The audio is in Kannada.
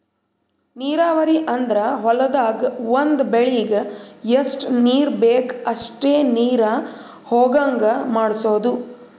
ನೀರಾವರಿ ಅಂದ್ರ ಹೊಲ್ದಾಗ್ ಒಂದ್ ಬೆಳಿಗ್ ಎಷ್ಟ್ ನೀರ್ ಬೇಕ್ ಅಷ್ಟೇ ನೀರ ಹೊಗಾಂಗ್ ಮಾಡ್ಸೋದು